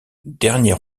dernier